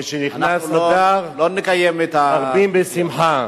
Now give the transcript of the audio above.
משנכנס אדר מרבים בשמחה.